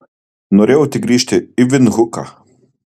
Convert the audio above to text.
norėjau tik grįžti į vindhuką